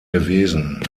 gewesen